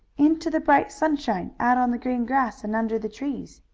into the bright sunshine, out on the green grass and under the trees.